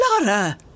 Lara